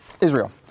Israel